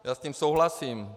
Já s tím souhlasím.